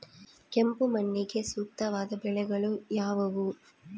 ಕೆಂಪು ಮಣ್ಣಿಗೆ ಸೂಕ್ತವಾದ ಬೆಳೆಗಳು ಯಾವುವು?